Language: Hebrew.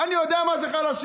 אני יודע מה זה חלשים.